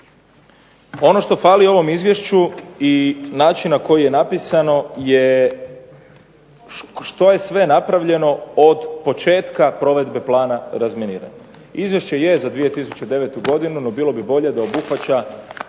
Ono što fali ovom izvješću i način na koji je napisano je što je sve napravljeno od početka provedbe plana razminiranja. Izvješće je za 2009. godinu, no bilo bi bolje da obuhvaća